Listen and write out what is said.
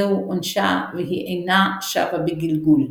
זהו עונשה והיא אינה שבה בגלגול.